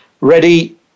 ready